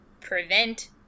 prevent